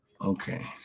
Okay